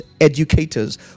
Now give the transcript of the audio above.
educators